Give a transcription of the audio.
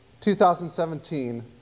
2017